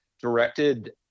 directed